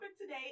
today